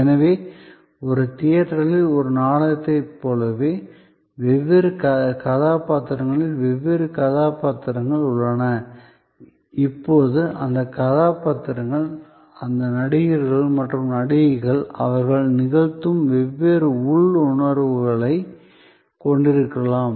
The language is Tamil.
எனவே ஒரு தியேட்டரில் ஒரு நாடகத்தைப் போலவே வெவ்வேறு கதாபாத்திரங்களில் வெவ்வேறு கதாபாத்திரங்கள் உள்ளன இப்போது அந்த கதாபாத்திரங்கள் அந்த நடிகர்கள் மற்றும் நடிகைகள் அவர்கள் நிகழ்த்தும் வெவ்வேறு உள் உணர்வுகளைக் கொண்டிருக்கலாம்